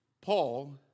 Paul